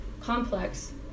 complex